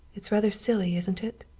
that's rather silly, isn't it?